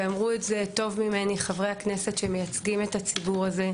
ואמרו את זה טוב ממני חברי הכנסת שמייצגים את הציבור את זה,